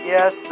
Yes